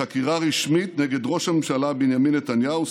בחקירה רשמית נגד ראש הממשלה בנימין נתניהו,